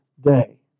day